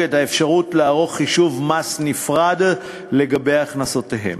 את האפשרות לערוך חישוב מס נפרד לגבי הכנסותיהם.